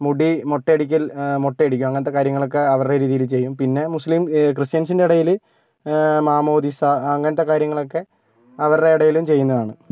മുടി മുട്ട അടിക്കൽ മുട്ട അടിക്കുക അങ്ങനത്തെ കാര്യങ്ങളൊക്കെ അവരുടെ രീതിയില് ചെയ്യും പിന്നെ മുസ്ലിം ക്രിസ്ത്യൻസിൻ്റെ ഇടയില് മാമോദിസ അങ്ങനത്തെ കാര്യങ്ങളൊക്കെ അവരുടെ ഇടയിലും ചെയ്യുന്നതാണ്